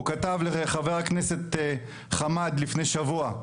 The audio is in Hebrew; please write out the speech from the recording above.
הוא כתב לחבר הכנסת חמד לפני שבוע,